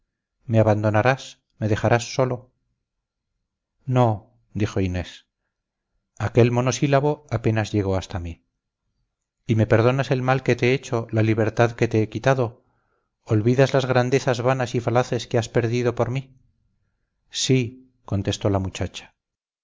me abandonarás me dejarás solo no dijo inés aquel monosílabo apenas llegó hasta mí y me perdonas el mal que te he hecho la libertad que te he quitado olvidas las grandezas vanas y falaces que has perdido por mí sí contestó la muchacha